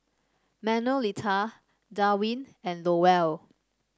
Manuelita Darwin and Lowell